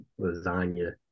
lasagna